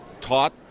taught